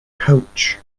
couch